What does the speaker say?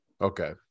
Okay